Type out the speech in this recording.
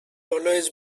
always